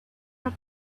were